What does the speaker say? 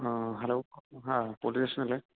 ആ ഹലോ ആ പോലീസ്ല്ലേ